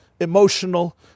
emotional